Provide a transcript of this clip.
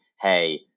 hey